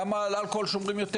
למה על אלכוהול שומרים יותר?